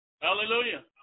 Hallelujah